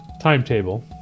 timetable